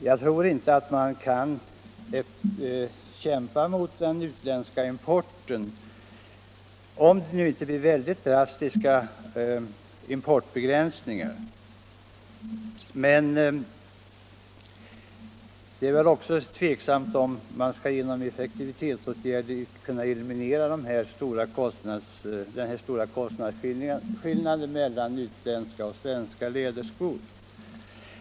Jag tror inte att man kan klara sig i konkurrensen med importen om inte synnerligen drastiska importbegränsningar genomförs. Men det är väl också tveksamt om man genom effektivitetshöjande åtgärder kan eliminera den stora kostnadsskillnaden mellan svenska och utländska läderskor.